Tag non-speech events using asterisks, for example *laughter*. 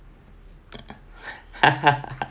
*laughs*